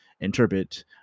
interpret